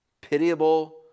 pitiable